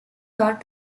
guard